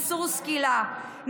איסור סקילה,